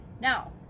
Now